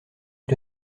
est